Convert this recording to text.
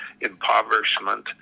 impoverishment